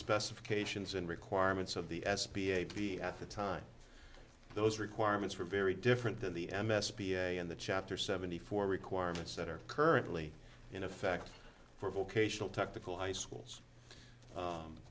specifications and requirements of the s p a p at the time those requirements were very different than the m s p in the chapter seventy four requirements that are currently in effect for vocational technical high schools